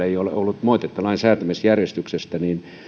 ei ole ollut moitetta lain säätämisjärjestyksestä